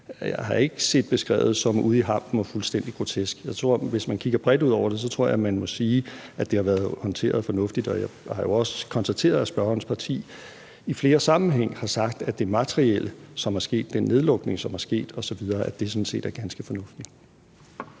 ikke har set den beskrevet som ude i hampen og fuldstændig grotesk. Jeg tror, at man, hvis man kigger bredt ud over det, må sige, at det har været håndteret fornuftigt. Og jeg har jo også konstateret, at spørgerens parti i flere sammenhænge har sagt, at det materielle, som er sket, den nedlukning, som er sket, osv., sådan set er ganske fornuftigt.